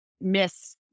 miss